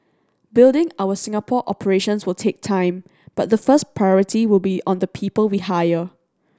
building our Singapore operations will take time but the first priority will be on the people we hire